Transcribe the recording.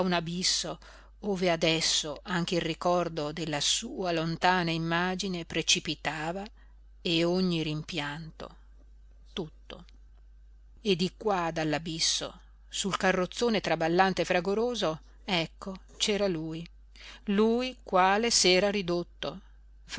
abisso ove adesso anche il ricordo della sua lontana immagine precipitava e ogni rimpianto tutto e di qua dall'abisso sul carrozzone traballante e fragoroso ecco c'era lui lui quale s'era ridotto